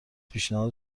پیشنهاد